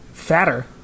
fatter